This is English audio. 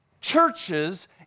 churches